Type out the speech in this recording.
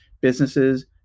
businesses